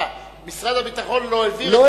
אה, משרד הביטחון לא העביר את